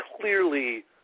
clearly